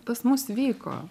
pas mus vyko